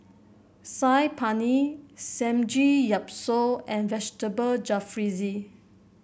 Saag Paneer Samgeyopsal and Vegetable Jalfrezi